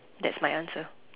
that's my answer